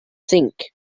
think